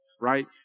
right